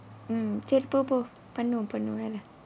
mm